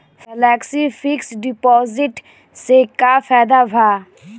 Flexi fix deposit से का फायदा भा?